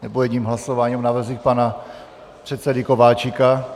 Nebo jedním hlasováním o návrzích pana předsedy Kováčika?